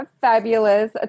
fabulous